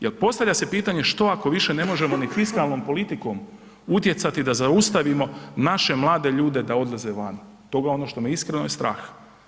Jel postavlja se pitanje što ako više ne možemo ni fiskalnom politikom utjecati da zaustavimo naše mlade ljude da odlaze vani? … [[Govornik se ne razumije]] što me iskreno me strah.